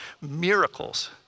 miracles